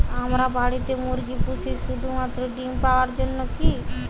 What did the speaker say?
আমরা বাড়িতে মুরগি পুষি শুধু মাত্র ডিম পাওয়ার জন্যই কী?